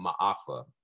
Ma'afa